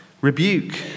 rebuke